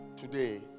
Today